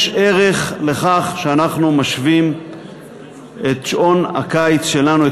יש ערך לכך שאנחנו משווים את שעון הקיץ שלנו,